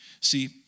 See